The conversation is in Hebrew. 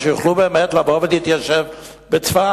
שיוכלו באמת לבוא ולהתיישב בצפת,